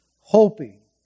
hoping